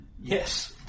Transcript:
yes